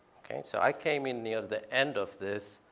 okay? so i came in there the end of this,